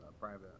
private